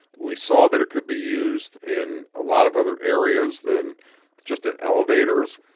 we saw that it could be used in a lot of other areas than just in elevators.